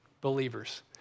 believers